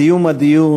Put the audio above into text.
סיום הדיון,